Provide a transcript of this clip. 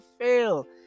fail